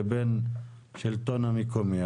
לבין השלטון המקומי,